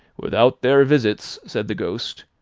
without their visits, said the ghost,